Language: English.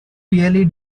really